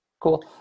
Cool